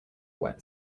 wet